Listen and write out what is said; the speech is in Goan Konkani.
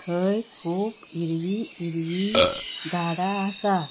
थंय खूब हिरवीं हिरवीं झाडां आसात